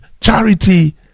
charity